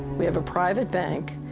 we have a private bank,